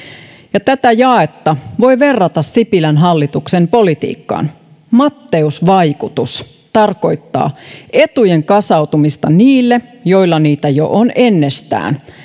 ja tätä jaetta voi verrata sipilän hallituksen politiikkaan matteus vaikutus tarkoittaa etujen kasautumista niille joilla niitä jo on ennestään